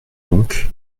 donc